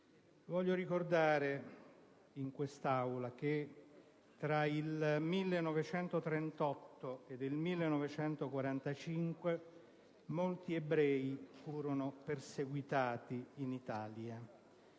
Voglio ricordare in quest'Aula che tra il 1938 ed il 1945 molti ebrei furono perseguitati in Italia;